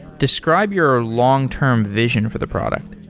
describe your long term vision for the product.